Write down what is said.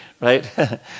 Right